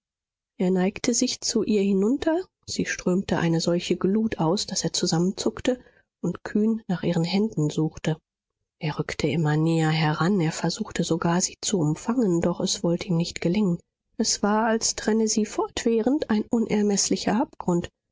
er neigte sich zu ihr hinunter sie strömte eine solche glut aus daß er zusammenzuckte und kühn nach ihren händen suchte er rückte immer näher heran er versuchte sogar sie zu umfangen doch es wollte ihm nicht gelingen es war als trenne sie fortwährend ein unermeßlicher abgrund